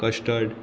custard